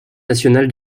national